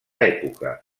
època